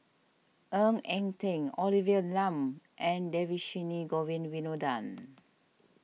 Ng Eng Teng Olivia Lum and Dhershini Govin Winodan